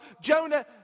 Jonah